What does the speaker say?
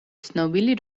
ცნობილი